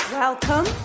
welcome